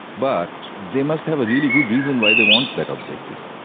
but they must have a really good reason why they want that objective,